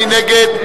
מי נגד?